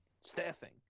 staffing